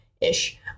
ish